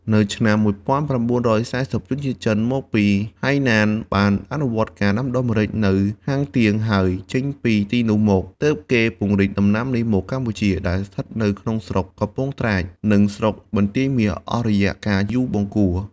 នៅឆ្នាំ១៩៤០ ជនជាតិចិនមកពីហៃណាន បានអនុវត្តការដាំដុះដាំម្រេចនៅ ហាទៀង ហើយចេញពីទីនោះមក ទើបគេពង្រីកដំណាំនេះមកកម្ពុជា ដែលស្ថិតនៅក្នុងស្រុក កំពង់ត្រាច និងស្រុកបន្ទាយមាស អស់រយៈកាលយូរបង្គួរ។